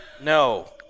No